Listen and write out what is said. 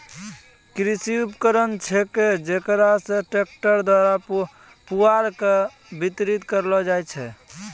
कृषि उपकरण छेकै जेकरा से ट्रक्टर द्वारा पुआल के बितरित करलो जाय छै